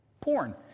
porn